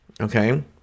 Okay